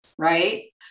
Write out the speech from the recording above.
Right